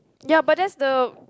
ya but that's the